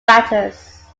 batters